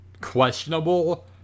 questionable